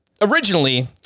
Originally